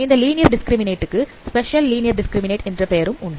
இந்த linear discriminate க்கு special linear discriminate என்ற பெயரும் உண்டு